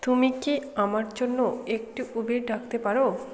তুমি কি আমার জন্য একটি উবের ডাকতে পারো